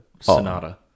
sonata